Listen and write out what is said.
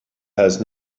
has